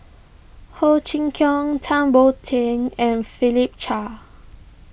Ho Chee Kong Tan Boon Teik and Philip Chia